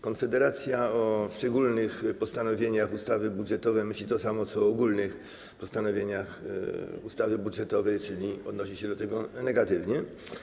Konfederacja o szczególnych postanowieniach ustawy budżetowej myśli to samo, co o ogólnych postanowieniach ustawy budżetowej, czyli odnosi się do tego negatywnie.